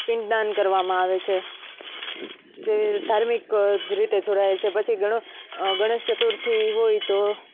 પિંડદાન કરવામાં આવે છે જે ધાર્મિક રીતે જોડાયેલ છે પછી ગણેશ ચતુર્થી હોય તો